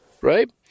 right